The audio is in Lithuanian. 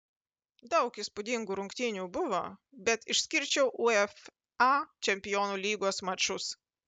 daug įspūdingų rungtynių buvo bet išskirčiau uefa čempionų lygos mačus